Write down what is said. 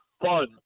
fun